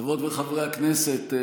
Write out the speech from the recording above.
חברות וחברי הכנסת,